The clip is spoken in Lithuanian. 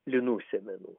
linų sėmenų